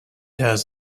has